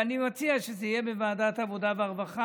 ואני מציע שזה יהיה בוועדת העבודה והרווחה,